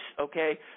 Okay